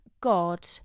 god